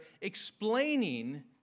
explaining